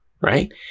right